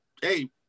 hey